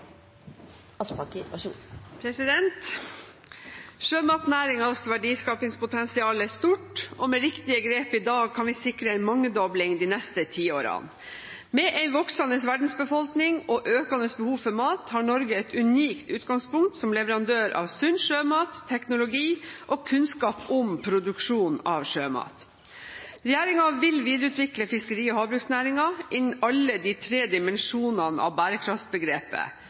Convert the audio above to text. stort, og med riktige grep i dag kan vi sikre en mangedobling de neste tiårene. Med en voksende verdensbefolkning og økende behov for mat har Norge et unikt utgangspunkt som leverandør av sunn sjømat, teknologi og kunnskap om produksjon av sjømat. Regjeringen vil videreutvikle fiskeri- og havbruksnæringen innen alle de tre dimensjonene av bærekraftbegrepet: